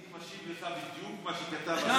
אני משיב לך בדיוק מה שכתב השר.